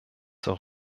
zur